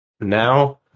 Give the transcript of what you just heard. now